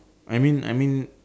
I mean I mean